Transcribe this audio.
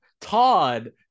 Todd